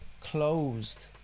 closed